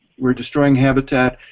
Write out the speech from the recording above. we're destroying habitat,